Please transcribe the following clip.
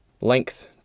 length